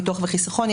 ביטוח וחיסכון.